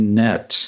net